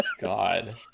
god